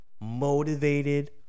motivated